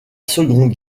seconde